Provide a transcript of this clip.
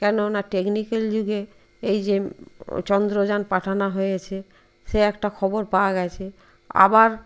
কেননা টেকনিক্যাল যুগে এই যে চন্দ্রযান পাঠানা হয়েছে সে একটা খবর পাওয়া গেছে আবার